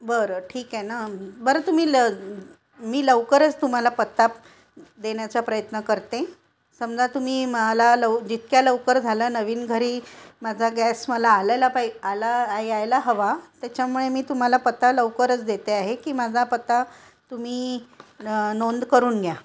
बरं ठीक आहे ना बरं तुम्ही ल मी लवकरच तुम्हाला पत्ता देण्याचा प्रयत्न करते समजा तुम्ही मला लव जितक्या लवकर झालं नवीन घरी माझा गॅस मला आलेला पाय आला यायला हवा त्याच्यामुळे मी तुम्हाला पत्ता लवकरच देते आहे की माझा पत्ता तुम्ही नोंद करून घ्या